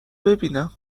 ببینم